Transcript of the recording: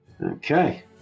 Okay